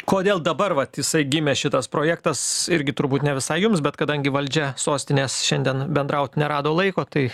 kodėl dabar vat jisai gimė šitas projektas irgi turbūt ne visai jums bet kadangi valdžia sostinės šiandien bendraut nerado laiko tai